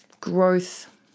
growth